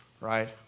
right